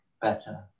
better